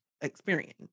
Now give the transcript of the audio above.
experience